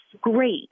great